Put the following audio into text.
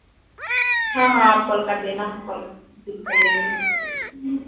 हाँ हाँ आप कॉल कर देना हम कॉल रिसीव कर लेंगे